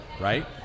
right